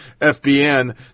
FBN